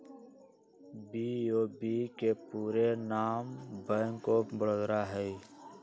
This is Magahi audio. बी.ओ.बी के पूरे नाम बैंक ऑफ बड़ौदा हइ